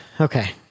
okay